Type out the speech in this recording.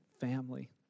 family